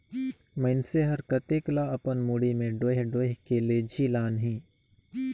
मइनसे हर कतेक ल अपन मुड़ी में डोएह डोएह के लेजही लानही